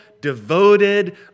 devoted